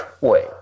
Wait